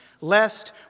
lest